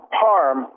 harm